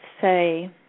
say